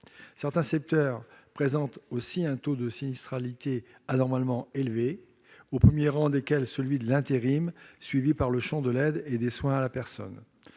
Certains secteurs présentent aussi un taux de sinistralité anormalement élevé, au premier rang desquels celui de l'intérim, suivi par celui de l'aide et des soins à la personne.